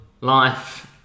life